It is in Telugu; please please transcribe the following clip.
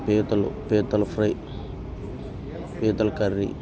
పీతలు పీతల ఫ్రై పీతల కర్రీ